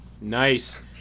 Nice